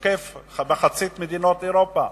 תוקף מחצית ממדינות אירופה,